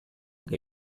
che